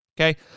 Okay